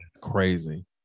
Crazy